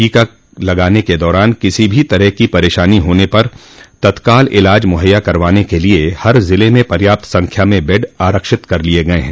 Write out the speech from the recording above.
टीका लगाने के दौरान किसी भी तरह की परेशानी होने पर तत्काल इलाज मुहैया करवाने के लिए हर जिले में पर्याप्त संख्या में बेड आरक्षित कर लिये गये हैं